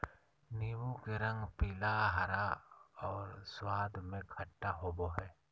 नीबू के रंग पीला, हरा और स्वाद में खट्टा होबो हइ